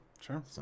Sure